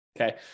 okay